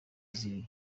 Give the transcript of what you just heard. ziri